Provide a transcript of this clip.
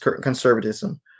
conservatism